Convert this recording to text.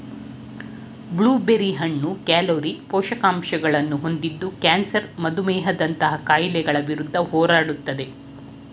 blue berry ಹಣ್ಣು calorie, ಪೋಷಕಾಂಶಗಳನ್ನು ಹೊಂದಿದ್ದು ಕ್ಯಾನ್ಸರ್ ಮಧುಮೇಹದಂತಹ ಕಾಯಿಲೆಗಳ ವಿರುದ್ಧ ಹೋರಾಡುತ್ತದೆ